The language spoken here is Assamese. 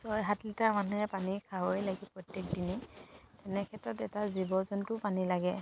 ছয় সাত লিটাৰ মানুহে পানী খাবই লাগে প্ৰত্যেক দিনাই তেনেক্ষেত্ৰত এটা জীৱ জন্তুকো পানী লাগে